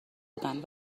بودن